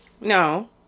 no